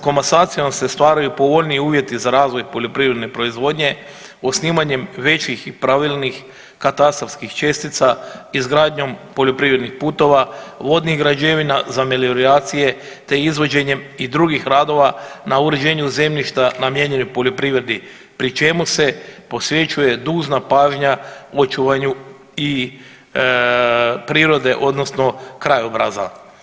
Komasacijama se stvaraju povoljniji uvjeti za razvoj poljoprivredne proizvodnje osnivanjem većih i pravilnih katastarskih čestica, izgradnjom poljoprivrednih putova, vodnih građevina za melioracije te izvođenjem i drugih radova na uređenju zemljišta namijenjenih poljoprivredi pri čemu se posvećuje dužna pažnja u očuvanju i prirode odnosno krajobraza.